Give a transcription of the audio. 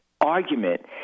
argument